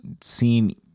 seen